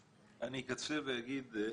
אני אקצר ואגיד,